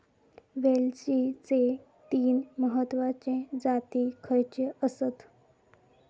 वेलचीचे तीन महत्वाचे जाती खयचे आसत?